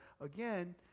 again